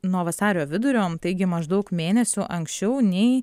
nuo vasario vidurio taigi maždaug mėnesiu anksčiau nei